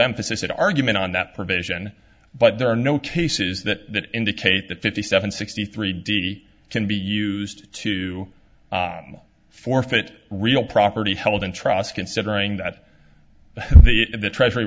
emphasis at argument on that provision but there are no cases that indicate the fifty seven sixty three d d can be used to forfeit real property held in trust considering that they at the treasury